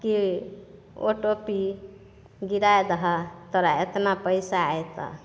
की O T P गिराइ दहऽ तोरा एतना पैसा अयतऽ